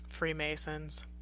Freemasons